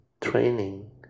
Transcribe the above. training